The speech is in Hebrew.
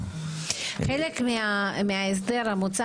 חלק מההסדר המוצע,